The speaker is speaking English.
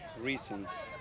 reasons